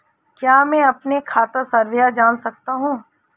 क्या मैं अपनी खाता संख्या जान सकता हूँ?